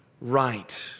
right